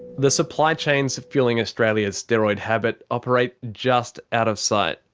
the supply chains fuelling australia's steroid habit operate just out of sight.